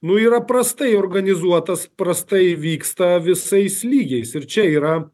nu yra prastai organizuotas prastai vyksta visais lygiais ir čia yra